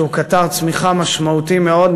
שהוא קטר צמיחה משמעותי מאוד,